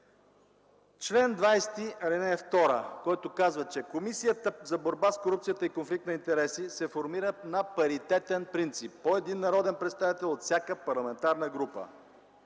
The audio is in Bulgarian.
Член 20, ал. 2, който казва, че Комисията за борба с корупцията и конфликт на интереси се формира на паритетен принцип – по един народен представител от всяка парламентарна група.